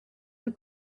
that